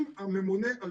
עם הממונה על